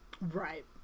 Right